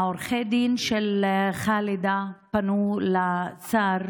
עורכי הדין של ח'אלדה פנו לשר